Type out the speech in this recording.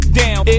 down